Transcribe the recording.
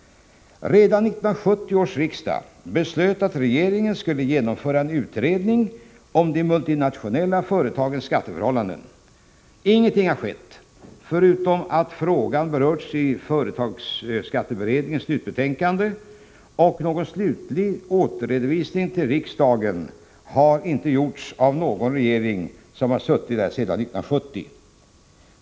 Redan 1970 års riksdag beslöt att regeringen skulle genomföra en utredning om de multinationella företagens skatteförhållanden. Ingenting har skett, förutom att frågan berörts i företagsskatteberedningens slutbetänkande. Någon slutlig återredovisning till riksdagen har inte gjorts av någon regering efter 1970.